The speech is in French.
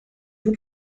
vous